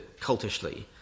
cultishly